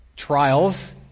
Trials